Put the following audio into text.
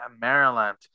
Maryland